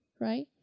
right